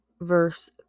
verse